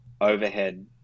overhead